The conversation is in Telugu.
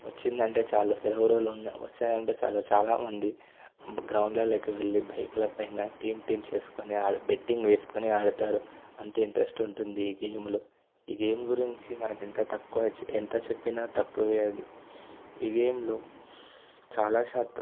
వచ్చింది అంటే చాలు సెలవులు వచ్చాయి అంటే చాలు చాలామంది గ్రౌండ్లోకి వెళ్ళి బైక్లపైన టీం టీం చేసుకుని ఆడ బెట్టింగ్ వేసుకొని ఆడతారు అంత ఇంట్రెస్ట్ ఉంటుంది ఈ గేమ్లో ఈ గేమ్ గురించి మనం ఎంత తక్కువ ఎంత చెప్పినా తక్కువ అది ఈ గేమ్లో చాలా శాతం